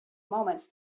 moments